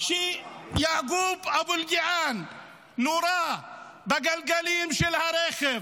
שיעקוב אבו אלקיעאן נורה בגלגלים של הרכב,